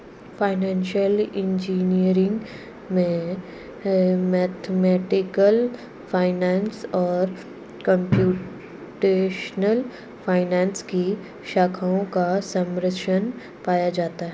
financial engineering में mathematical finance और computational finance की शाखाओं का सम्मिश्रण पाया जाता है